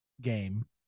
game